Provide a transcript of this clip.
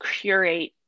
curate